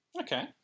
Okay